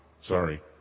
Sorry